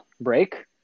break